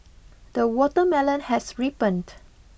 the watermelon has ripened